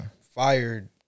fired